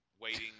waiting